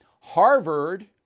Harvard